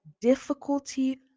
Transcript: difficulty